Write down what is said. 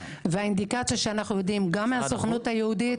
והאינדיקציה שאנחנו יודעים גם מהסוכנות היהודית-